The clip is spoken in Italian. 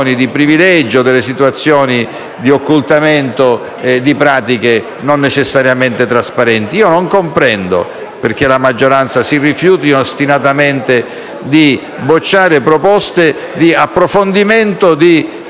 Non comprendo perché la maggioranza si rifiuti ostinatamente di approvare proposte di approfondimento di controllo